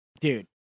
dude